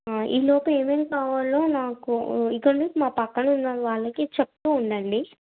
ఈ లోపు ఏమేం కావాలో నాకూ ఇక్కడనే మా పక్కనున్న వాళ్ళకి చెప్తూ ఉండండి